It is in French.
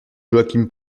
joaquim